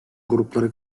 grupları